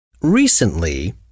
Recently